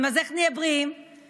אז איך נהיה בריאים יותר?